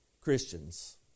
Christians